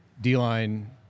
D-line